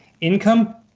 income